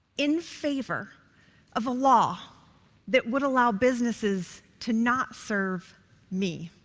in favor of a law that would allow businesses to not serve me.